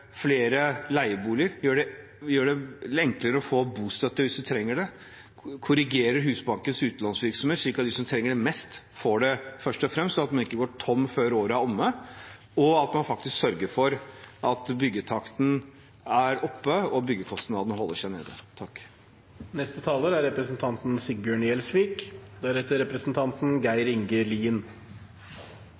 flere leieboliger, gjøre det enklere å få bostøtte hvis man trenger det, korrigere Husbankens utlånsvirksomhet slik at de som trenger det mest, får det først og fremst, at en ikke går tom før året er omme, og at en faktisk sørger for at byggetakten holder seg oppe og byggekostnadene holder seg nede. Noe av det som er